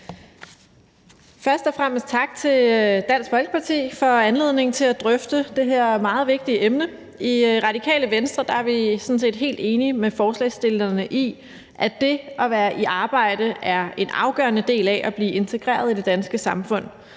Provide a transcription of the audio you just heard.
Først og fremmest tak til Dansk Folkeparti for anledningen til at drøfte det her meget vigtige emne. I Radikale Venstre er vi sådan set helt enige med forslagsstillerne i, at det at være i arbejde er en afgørende del af at blive integreret i det danske samfund.